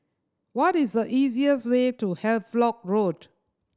what is the easiest way to Havelock Road